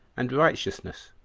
and righteousness,